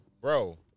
bro